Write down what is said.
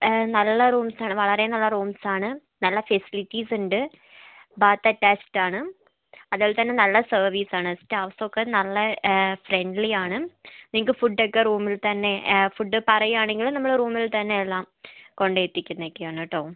നല്ല റൂംസ് ആണ് വളരെ നല്ല റൂംസ് ആണ് നല്ല ഫെസിലിറ്റീസ് ഉണ്ട് ബാത്ത് അറ്റാച്ച്ട് ആണ് അതുപോലെ തന്നെ നല്ല സർവീസ് ആണ് സ്റ്റാഫ് ഒക്കെ നല്ല ഫ്രണ്ട്ലി ആണ് നിങ്ങൾക്ക് ഫുഡ് ഒക്കെ റൂമിൽ തന്നെ ഫുഡ് പറയുകയാണെങ്കിൽ നമ്മൾ റൂമിൽ തന്നെ എല്ലാം കൊണ്ടെത്തിക്കുന്നതൊക്കെയാണ് കേട്ടോ